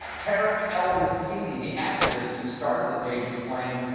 tarek el-messidi, the activist who started the page, explained,